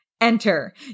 enter